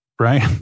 Right